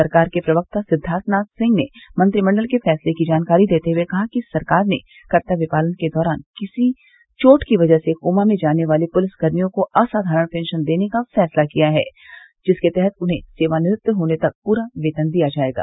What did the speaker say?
सरकार के प्रवक्ता सिद्वार्थनाथ सिंह ने मंत्रिमंडल के फैसले की जानकारी देते हुए कहा कि सरकार ने कर्तव्य पालन के दौरान किसी चोट की वजह से कोमा में जाने वाले पुलिस कर्मियों को असाधारण पेंशन देने का फैसला किया है जिसके तहत उन्हें सेवानिकृत्त होने तक पूरा वेतन दिया जायेगा